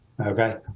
okay